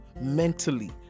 mentally